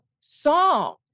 song